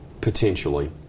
potentially